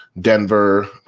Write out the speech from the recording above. Denver